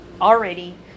already